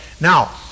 Now